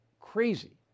crazy